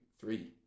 three